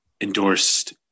endorsed